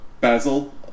Basil